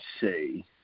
say